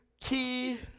key